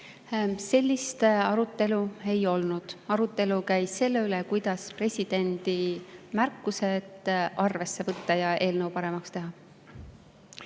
Sellist arutelu ei olnud. Arutelu käis selle üle, kuidas presidendi märkuseid arvesse võtta ja eelnõu paremaks teha.